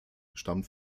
stammt